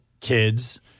kids